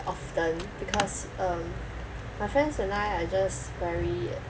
often because um my friends and I are just very